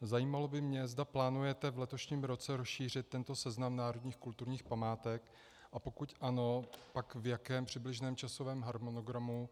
Zajímalo by mě, zda plánujete v letošním roce rozšířit tento seznam národních kulturních památek, a pokud ano, pak v jakém přibližném časovém harmonogramu.